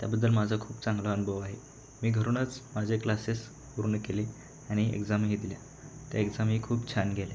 त्याबद्दल माझा खूप चांगला अनुभव आहे मी घरूनच माझे क्लासेस पूर्ण केले आणि एक्झामही दिल्या त्या एक्झामही खूप छान गेल्या